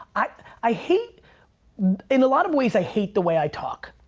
i hate in a lot of ways, i hate the way i talk.